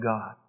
God